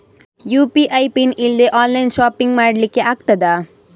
UPI PIN ಇಲ್ದೆ online shopping ಮಾಡ್ಲಿಕ್ಕೆ ಆಗ್ತದಾ?